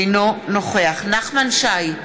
אינו נוכח נחמן שי,